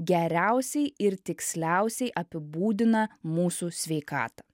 geriausiai ir tiksliausiai apibūdina mūsų sveikatą